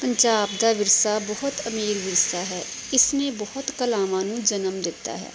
ਪੰਜਾਬ ਦਾ ਵਿਰਸਾ ਬਹੁਤ ਅਮੀਰ ਵਿਰਸਾ ਹੈ ਇਸਨੇ ਬਹੁਤ ਕਲਾਵਾਂ ਨੂੰ ਜਨਮ ਦਿੱਤਾ ਹੈ